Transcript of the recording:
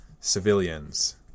Civilians